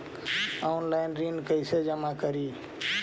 Online ऋण कैसे जमा करी?